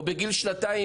או בגיל שנתיים,